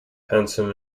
hanson